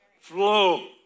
flow